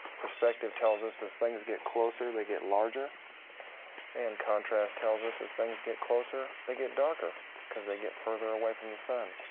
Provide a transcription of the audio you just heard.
perspective tells us as things get closer they get larger and contrast tells us as things get closer they get darker cause they get further away from the sun.